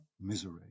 misery